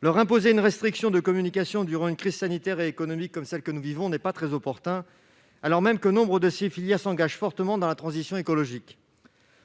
Leur imposer une restriction de communication durant une crise sanitaire et économique comme celle que nous vivons n'est pas très opportun, alors même que nombre d'entre eux s'engagent fortement dans la transition écologique.